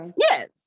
yes